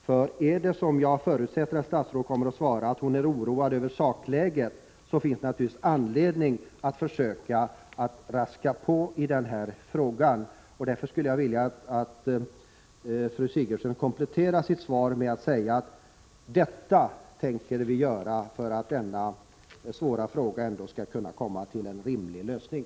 Om det är så att statsrådet kommer att säga det jag förutsätter, att hon är oroad över sakläget, finns det naturligtvis anledning att försöka raska på i den här frågan. Därför skulle jag vilja att fru Sigurdsen kompletterar sitt svar med att säga: Detta tänker vi göra för att denna svåra fråga ändå skall kunna komma till en rimlig lösning!